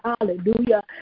hallelujah